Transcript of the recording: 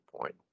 point